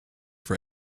for